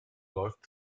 läuft